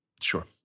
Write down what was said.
Sure